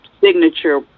signature